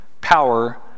power